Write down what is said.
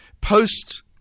post